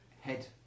head